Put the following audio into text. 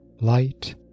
light